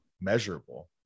measurable